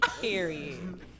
period